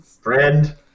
friend